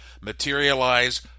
materialize